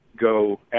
go